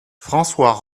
françois